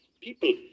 people